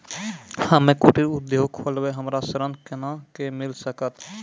हम्मे कुटीर उद्योग खोलबै हमरा ऋण कोना के मिल सकत?